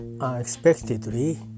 unexpectedly